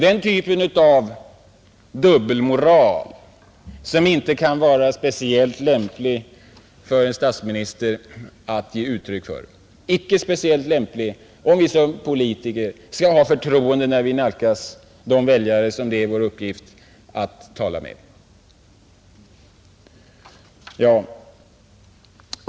Den typen av dubbelmoral kan inte vara speciellt lämplig för en statsminister att ge uttryck för, om vi som politiker skall få förtroende, när vi nalkas de väljare som det är vår uppgift att tala med.